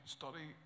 study